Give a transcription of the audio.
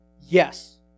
Yes